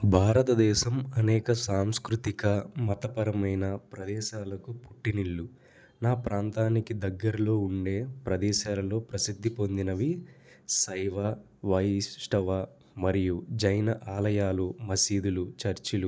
భారతదేశం అనేక సాంస్కృతిక మతపరమైన ప్రదేశాలకు పుట్టినిల్లు నా ప్రాంతానికి దగ్గరలో ఉండే ప్రదేశాలలో ప్రసిద్ధి పొందినవి శైవ వైష్టవ మరియు జైన ఆలయాలు మసీదులు చర్చులు